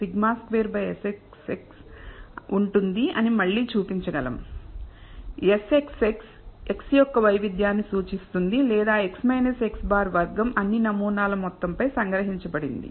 Sxx x యొక్క వైవిధ్యాన్ని సూచిస్తుంది లేదా x x̅ వర్గం అన్ని నమూనాల మొత్తం పై సంగ్రహించబడింది